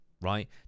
right